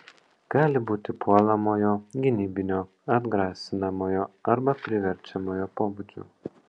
gali būti puolamojo gynybinio atgrasinamojo arba priverčiamojo pobūdžio